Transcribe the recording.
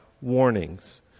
warnings